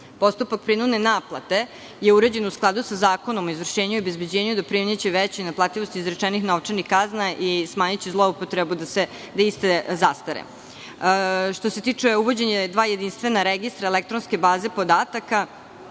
Postupak prinudne naplate je uređen u skladu sa Zakonom o izvršenju i obezbeđenju i doprineće većoj naplativosti izrečenih novčanih kazni i smanjiće zloupotrebu da iste zastare. Što se tiče uvođenja dva jedinstvena registra elektronske baze podataka,